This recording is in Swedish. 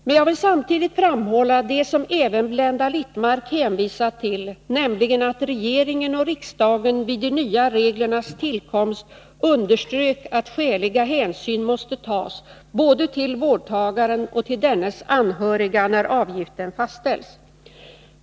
Men jag vill samtidigt framhålla det som även Blenda Littmarck hänvisat till, nämligen att regeringen och riksdagen vid de nya reglernas tillkomst underströk att skäliga hänsyn måste tas både till vårdtagaren och till dennes anhöriga när avgiften fastställs.